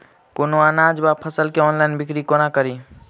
कोनों अनाज वा फसल केँ ऑनलाइन बिक्री कोना कड़ी?